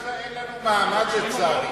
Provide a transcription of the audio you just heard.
אותך כבשו?